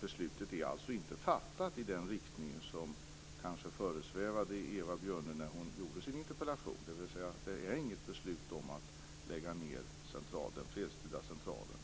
beslutet är inte fattat i den riktning som kanske föresvävade Eva Björne när hon skrev sin interpellation. Det finns alltså inget beslut av Luftfartsverket att lägga ned den här fredstida centralen.